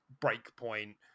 Breakpoint